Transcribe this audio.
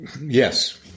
Yes